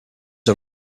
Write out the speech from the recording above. his